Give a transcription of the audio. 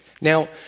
Now